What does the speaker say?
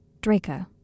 Draco